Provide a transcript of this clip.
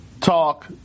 talk